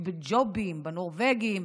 בג'ובים, בנורבגים.